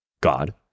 God